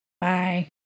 Bye